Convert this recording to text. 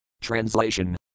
Translation